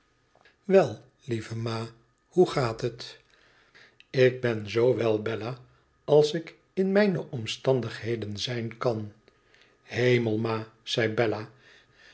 wel lieve ma hoe gaat het tik ben zoo wel bella als ik m mijne omstandigheden zijn kan hemel ma zei bella